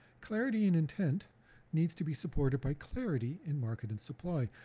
clarity and intent needs to be supported by clarity in market and supply.